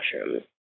mushrooms